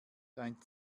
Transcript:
dein